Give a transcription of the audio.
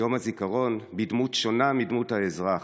יום הזיכרון בדמות שונה מדמות האזרח.